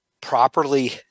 properly